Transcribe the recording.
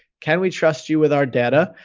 can we trust you with our data?